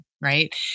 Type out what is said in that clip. right